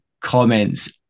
comments